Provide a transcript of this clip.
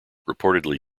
reportedly